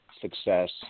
success